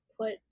put